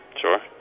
Sure